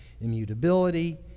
immutability